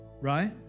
Right